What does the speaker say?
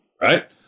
Right